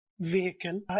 vehicle